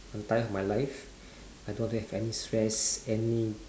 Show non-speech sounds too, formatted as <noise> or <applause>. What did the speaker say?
I'm tired of my life <breath> I don't want to have any stress any